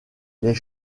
les